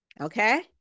Okay